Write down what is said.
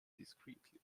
discreetly